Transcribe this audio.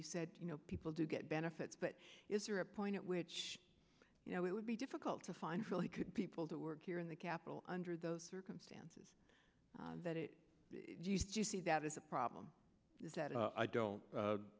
you said you know people do get benefits but is there a point at which you know it would be difficult to find really could people to work here in the capital under those circumstances but it you see that is a problem is that i don't